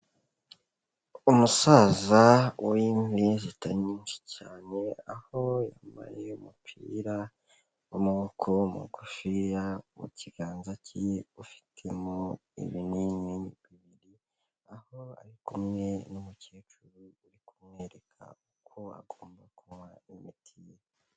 Umusaza w’imvi zitari nyinshi cyane aho yambaye umupira w'amaboko magufiya mu kiganza cye ufitemo ibinini aho ari kumwe n'umukecuru uri kumwereka uko agomba kunywa imiti ye.